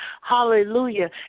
hallelujah